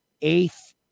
eighth